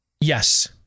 Yes